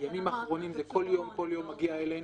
:"בימים אחרונים, כל יום מגיע אלינו".